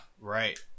Right